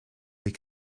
les